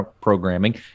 programming